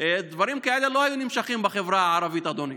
דברים כאלה לא היו נמשכים בחברה הערבית, אדוני.